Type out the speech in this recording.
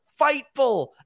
FIGHTFUL